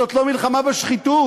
זו לא מלחמה בשחיתות,